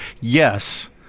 yes